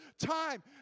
time